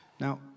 Now